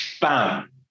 Bam